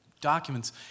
documents